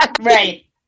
right